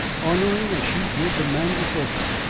honouring as she did the man before her,